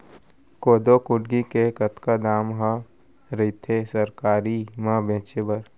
कोदो कुटकी के कतका दाम ह रइथे सरकारी म बेचे बर?